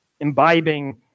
imbibing